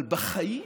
אבל בחיים